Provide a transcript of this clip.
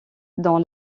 dans